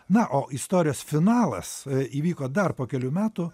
na o istorijos finalas įvyko dar po kelių metų